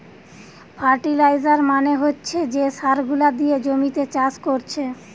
fertiliser মানে হচ্ছে যে সার গুলা দিয়ে জমিতে চাষ কোরছে